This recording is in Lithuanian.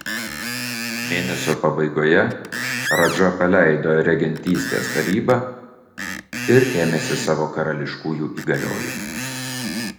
mėnesio pabaigoje radža paleido regentystės tarybą ir ėmėsi savo karališkųjų įgaliojimų